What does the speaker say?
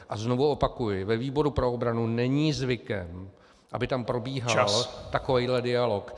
A znovu opakuji, ve výboru pro obranu není zvykem , aby tam probíhal takovýhle dialog.